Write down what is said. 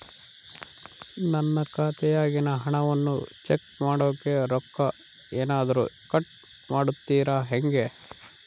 ನನ್ನ ಖಾತೆಯಾಗಿನ ಹಣವನ್ನು ಚೆಕ್ ಮಾಡೋಕೆ ರೊಕ್ಕ ಏನಾದರೂ ಕಟ್ ಮಾಡುತ್ತೇರಾ ಹೆಂಗೆ?